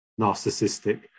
narcissistic